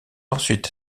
ensuite